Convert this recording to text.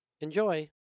Enjoy